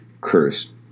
cursed